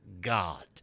God